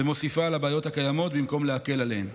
ומוסיפה לבעיות הקיימות במקום להקל בהן.